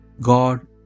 God